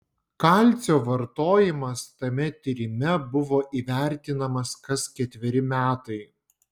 kalcio vartojimas tame tyrime buvo įvertinamas kas ketveri metai